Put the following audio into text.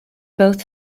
both